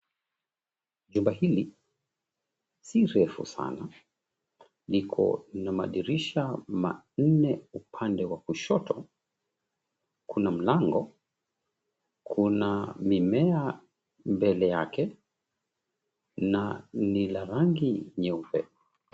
Jumba hili si refu sana. Liko na madirisha manne upande wa kushoto. Kuna mlango. Kuna mimea mbele yake na ni la rangi nyeupe.